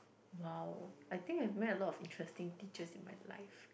!wow! I think I've met a lot of interesting teachers in my life